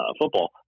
football